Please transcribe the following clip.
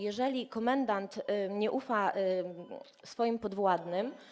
Jeżeli komendant nie ufa swoim podwładnym.